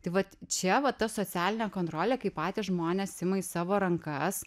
tai vat čia va ta socialinė kontrolė kai patys žmonės ima į savo rankas